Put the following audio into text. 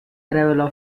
arrival